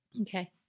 okay